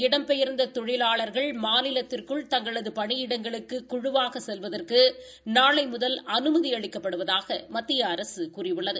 இடம்பெயர்ந்த இந்நிலையில் தொழிலாளா்கள் மாநிலத்திற்குள் தங்களது பணி இடங்களுக்குச் குழுவாக செல்வதற்கு நளை முதல் அனுமதி அளிக்கப்படுவதாக மத்திய அரசு கூறியுள்ளது